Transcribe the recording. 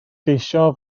geisio